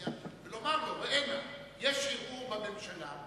הקואליציה ולומר לו: ראה נא, יש ערעור בממשלה.